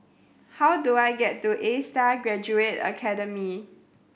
how do I get to Astar Graduate Academy